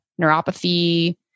neuropathy